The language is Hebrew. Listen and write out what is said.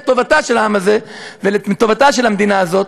טובתו של העם הזה ואת טובתה של המדינה הזאת,